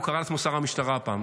הוא קרא לעצמו שר המשטרה הפעם,